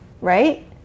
right